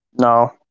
No